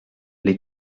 les